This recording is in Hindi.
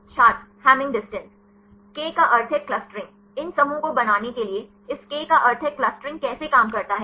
छात्र हामिंग दूरी K का अर्थ है क्लस्टरिंग इन समूहों को बनाने के लिए इस K का अर्थ है क्लस्टरिंग कैसे काम करता है